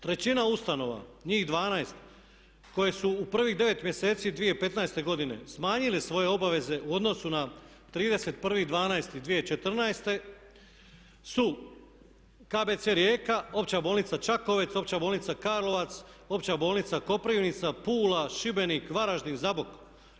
Trećina ustanova, njih 12 koje su u prvih 9 mjeseci 2015. godine smanjili svoje obaveze u odnosu na 31.12.2014. su KBC Rijeka, Opća bolnica Čakovec, Opća bolnica Karlovac, Opća bolnica Koprivnica, Pula, Šibenik, Varaždin, Zabok.